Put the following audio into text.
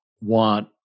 want